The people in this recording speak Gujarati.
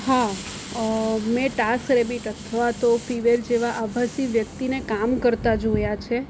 હા મેં ટાસ્ક રેબીટ અથવા તો ફીવેર જેવા આભાષી વ્યક્તિને કામ કરતા જોયા છે